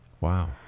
Wow